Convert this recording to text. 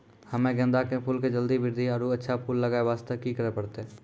हम्मे गेंदा के फूल के जल्दी बृद्धि आरु अच्छा फूल लगय वास्ते की करे परतै?